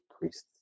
priests